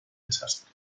desastre